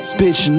bitch